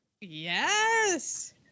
Yes